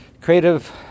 Creative